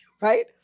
right